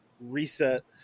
reset